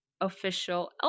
official